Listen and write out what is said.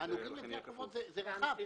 "הנוגעים לגביית חובות" הוא נוסח רחב.